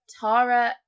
Tara